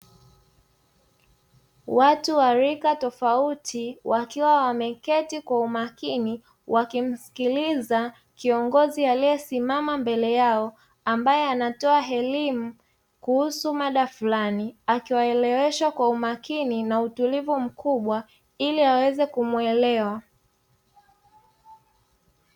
Watu wa rika tofauti wakiwa wameketi kwa umakini wakimsikiliza kiongozi aliyesimama mbele yao, ambaye anatoa elimu kuhusu mada fulani akiwaelewesha kwa umakini na utulivu mkubwa ili waweze kumuelewa.